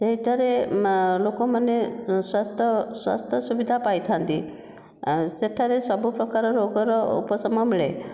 ସେହିଠାରେ ଲୋକମାନେ ସ୍ୱାସ୍ଥ୍ୟ ସ୍ୱାସ୍ଥ୍ୟ ସୁବିଧା ପାଇଥାନ୍ତି ସେଠାରେ ସବୁପ୍ରକାର ରୋଗର ଉପସମ ମିଳେ